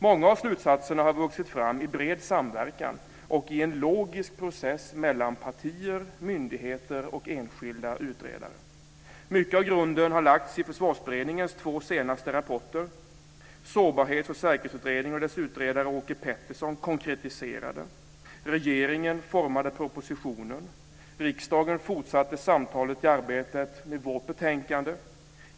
Många av slutsatserna har vuxit fram i bred samverkan och i en logisk process mellan partier, myndigheter och enskilda utredare. Mycket av grunden har lagts i Försvarsberedningens två senaste rapporter. Sårbarhets och säkerhetsutredningen och dess utredare Åke Petersson konkretiserade, regeringen formade propositionen, riksdagen fortsatte samtalet i arbetet med vårt betänkande.